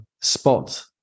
spot